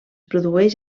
produeix